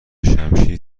شمشیر